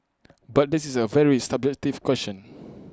but this is A very subjective question